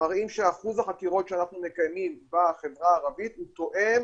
מראים שאחוז החקירות שאנחנו מקיימים בחברה הערבית הוא תואם,